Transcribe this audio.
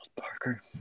parker